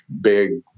big